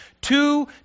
two